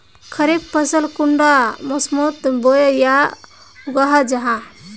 खरीफ फसल कुंडा मोसमोत बोई या उगाहा जाहा?